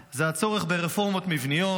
זה הצורך ברפורמות מבניות.